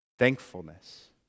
Thankfulness